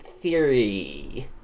theory